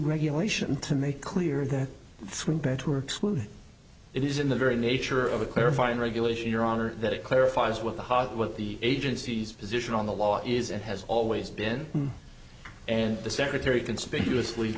regulation to make clear that it is in the very nature of a clarifying regulation or honor that it clarifies what the hot what the agency's position on the law is and has always been and the secretary conspicuous